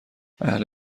اهل